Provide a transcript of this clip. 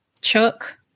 Chuck